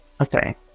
Okay